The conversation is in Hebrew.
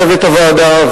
צוות הוועדה.